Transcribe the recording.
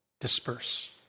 disperse